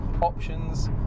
options